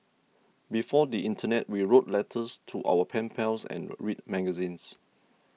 before the internet we wrote letters to our pen pals and read magazines